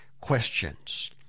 questions